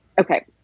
okay